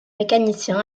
mécanicien